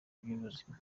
by’ubuzima